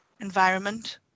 environment